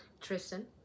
Tristan